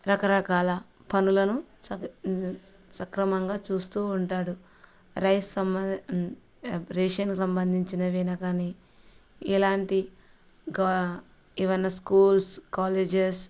రకరకాల పనులను సక్రమంగా చూస్తూ ఉంటాడు రైస్ రేషన్ సంబంధించినవైనా కానీ ఎలాంటి ఏవైనా స్కూల్స్ కాలేజెస్